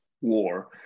war